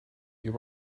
you